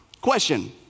Question